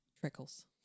trickles